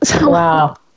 Wow